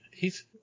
hes